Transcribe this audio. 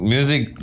Music